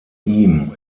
ihm